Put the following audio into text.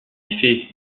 effet